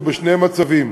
הוא בשני מצבים: